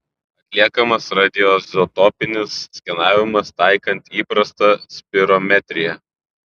atliekamas radioizotopinis skenavimas taikant įprastą spirometriją